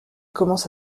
commence